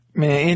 man